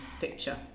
picture